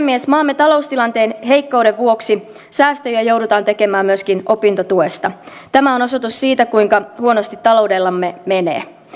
puhemies maamme taloustilanteen heikkouden vuoksi säästöjä joudutaan tekemään myöskin opintotuesta tämä on osoitus siitä kuinka huonosti taloudellamme menee